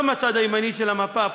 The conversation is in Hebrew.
לא מהצד הימני של המפה הפוליטית.